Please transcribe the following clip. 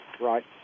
Right